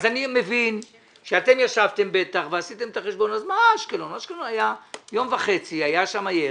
אני מבין שאתם ישבתם ועשיתם את החשבון שבאשקלון היה יום וחצי ירי,